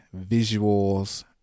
visuals